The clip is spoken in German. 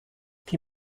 die